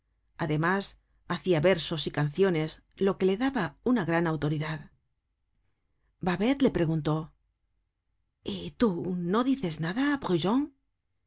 además hacia versos y canciones lo que le daba una gran autoridad babet le preguntó y tú no dices nada